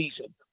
season